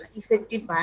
effective